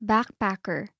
Backpacker